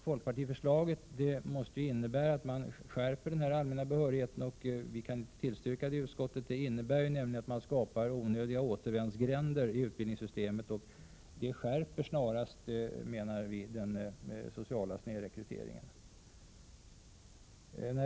Folkpartiförslaget måste ju innebära att man skärper kraven för allmän behörighet, vilket vi i utskottet inte kan tillstyrka. Det innebär nämligen att man skapar onödiga återvändsgränder i utbildningssystemet, vilket snarast skärper den sociala snedrekryteringen.